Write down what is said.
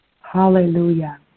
Hallelujah